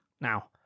Now